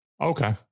okay